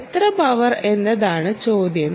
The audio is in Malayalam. എത്ര പവർ എന്നതാണ് ചോദ്യം